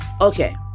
Okay